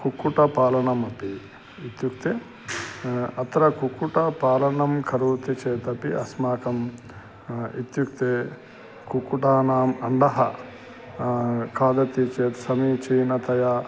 कुक्कुटपालनम् अपि इत्युक्ते अत्र कुक्कुटपालनं करोति चेदपि अस्माकम् इत्युक्ते कुक्कुटानाम् अण्डः खादति चेत् समीचीनतया